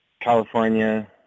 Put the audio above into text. California